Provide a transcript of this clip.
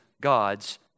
God's